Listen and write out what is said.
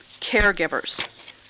caregivers